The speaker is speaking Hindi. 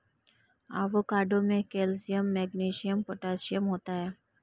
एवोकाडो में कैल्शियम मैग्नीशियम पोटेशियम होता है